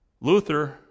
Luther